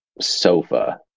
sofa